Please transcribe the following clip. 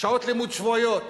לימוד שבועיות,